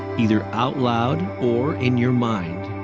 either out loud or in your mind.